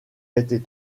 été